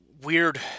weird